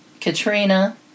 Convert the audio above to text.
Katrina